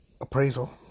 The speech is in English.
appraisal